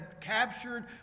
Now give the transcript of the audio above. captured